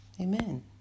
Amen